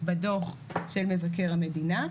בדו"ח של מבקר המדינה.